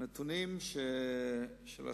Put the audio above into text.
הנתונים של הסקר